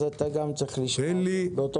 אז אתה גם צריך לשמוע אותו.